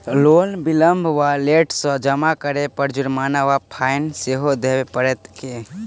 Loan विलंब वा late सँ जमा करै पर जुर्माना वा फाइन सेहो देबै पड़त की?